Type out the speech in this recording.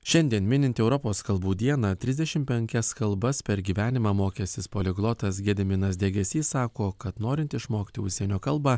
šiandien minint europos kalbų dieną trisdešim penkias kalbas per gyvenimą mokęsis poliglotas gediminas degėsys sako kad norint išmokti užsienio kalbą